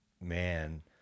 man